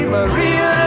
Maria